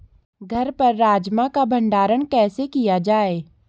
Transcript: घर पर राजमा का भण्डारण कैसे किया जाय?